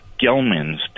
Gelman's